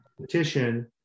petition